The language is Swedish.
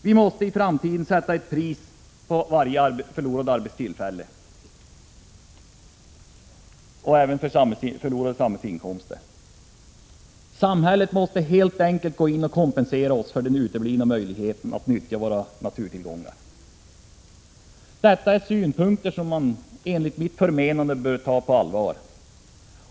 Vi måste i framtiden sätta ett pris på varje förlorat arbetstillfälle och på förlorade samhällsinkomster. Samhället måste helt enkelt gå in och kompensera oss för den uteblivna möjligheten att nyttja våra naturtillgångar. Detta är synpunkter som man, enligt mitt förmenande, bör ta på allvar.